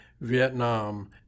Vietnam